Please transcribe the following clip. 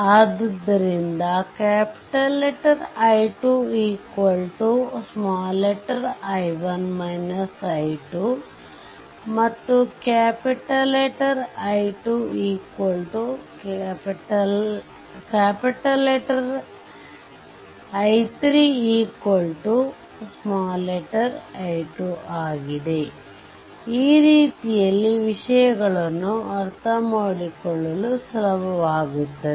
ಆದ್ದರಿಂದ I2 i1 i2 ಮತ್ತು i2 I3 ಈ ರೀತಿಯಲ್ಲಿ ವಿಷಯಗಳನ್ನು ಅರ್ಥಮಾಡಿಕೊಳ್ಳಲು ಸುಲಭವಾಗುತ್ತದೆ